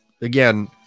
again